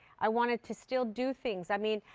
i wanted to still do things. i mean,